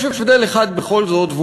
יש הבדל אחד בכל זאת,